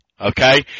okay